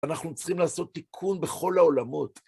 אנחנו צריכים לעשות תיקון בכל העולמות.